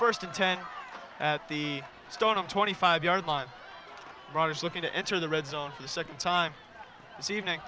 first ten at the start of twenty five yard line runners looking to enter the red zone the second time this evening